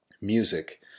Music